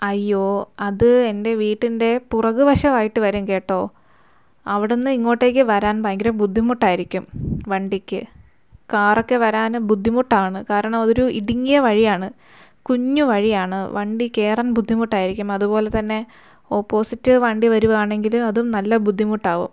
അയ്യോ അത് എൻ്റെ വീട്ടിൻ്റെ പുറകുവശം ആയിട്ട് വരും കേട്ടോ അവിടെ നിന്ന് ഇങ്ങോട്ടേക്ക് വരാൻ ഭയങ്കര ബുദ്ധിമുട്ടായിരിക്കും വണ്ടിക്ക് കാർ ഒക്കെ വരാൻ ബുദ്ധിമുട്ടാണ് കാരണം അത് ഒരു ഇടുങ്ങിയ വഴിയാണ് കുഞ്ഞു വഴിയാണ് വണ്ടി കയറാൻ ബുദ്ധിമുട്ടായിരിക്കും അതുപോലെ തന്നെ ഓപ്പോസിറ്റ് വണ്ടി വരുകയാണെങ്കിൽ അതും നല്ല ബുദ്ധിമുട്ടാവും